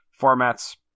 formats